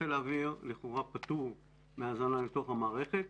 חיל האוויר לכאורה פטור מהזנה לתוך המערכת,